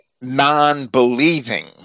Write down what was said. non-believing